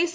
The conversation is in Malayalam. എസ്